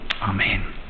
Amen